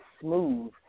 smooth